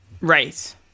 Right